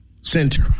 Center